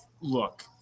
look